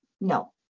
no